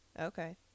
Okay